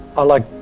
i like,